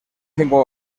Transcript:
cinco